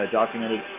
documented